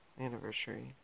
Anniversary